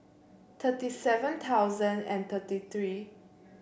thirty seven thousand and thirty three